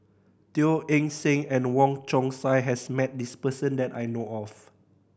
Teo Eng Seng and Wong Chong Sai has met this person that I know of